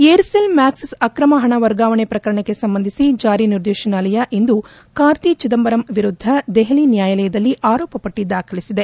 Aircel ಮ್ಯಾಪ್ಲಿಸ್ ಆಕ್ರಮ ಪಣ ವರ್ಗಾವಣೆ ಪ್ರಕರಣಕ್ಕೆ ಸಂಬಂಧಿಸಿ ಜಾರಿ ನಿರ್ದೇತನ ಇಂದು ಕಾರ್ತಿ ಚಿದಂಬರಂ ವಿರುದ್ದ ದೆಹಲಿ ನ್ನಾಯಾಲಯದಲ್ಲಿ ಆರೋಪ ಪಟ್ಟಿ ದಾಖಲಿಸಿದೆ